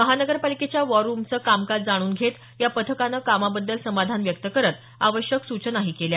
महानगरपालिकेच्या वॉर रूमचं कामकाज जाणून घेत या पथकानं कामाबद्दल समाधान व्यक्त करत आवश्यक सूचानाही केल्या